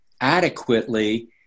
adequately